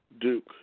Duke